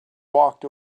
walked